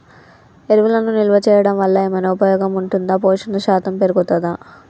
ఎరువులను నిల్వ చేయడం వల్ల ఏమైనా ఉపయోగం ఉంటుందా పోషణ శాతం పెరుగుతదా?